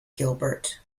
gilbert